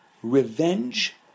Revenge